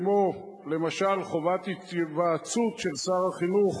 כמו למשל חובת התייעצות של שר החינוך